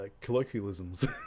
colloquialisms